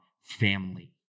family